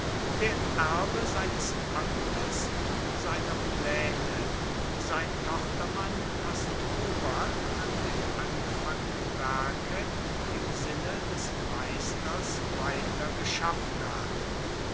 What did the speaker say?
der erbe seines amtes und seiner plaene sein tochtermann hasdrubal an dem angefangenen werke im sinne des meisters weiter geschaffen hat